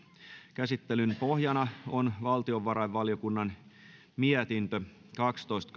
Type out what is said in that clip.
käsittelyn pohjana on valtiovarainvaliokunnan mietintö kaksitoista